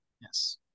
Yes